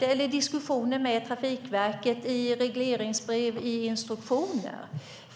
säger i diskussioner med Trafikverket och i regleringsbrev och instruktioner.